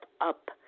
up